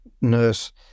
nurse